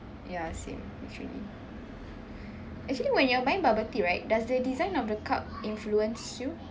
ya same actually actually when you are buying bubble tea right does the design of the cup influence you